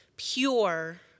pure